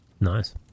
Nice